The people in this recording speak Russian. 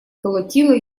колотила